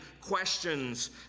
questions